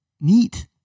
Neat